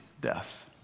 death